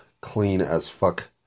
clean-as-fuck